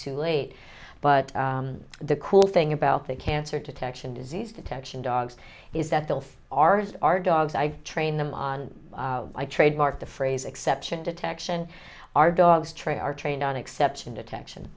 too late but the cool thing about the cancer detection disease detection dogs is that they'll are our dogs i've trained them on my trademark the phrase exception detection our dogs train are trained on exception detection